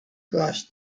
crossed